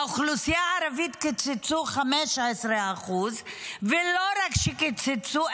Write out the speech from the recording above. לאוכלוסייה הערבית קיצצו 15%. ולא רק שקיצצו,